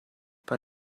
per